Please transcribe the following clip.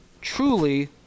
truly